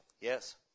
Yes